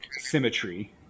symmetry